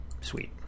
Sweet